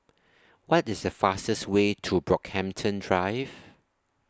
What IS The fastest Way to Brockhampton Drive